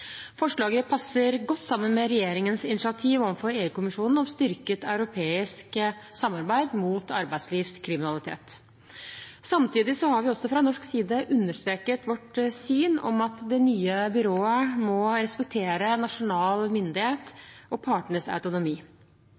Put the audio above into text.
Forslaget passer godt sammen med regjeringens initiativ overfor EU-kommisjonen om styrket europeisk samarbeid mot arbeidslivskriminalitet. Samtidig har vi fra norsk side også understreket vårt syn om at det nye byrået må respektere nasjonal myndighet og partenes autonomi.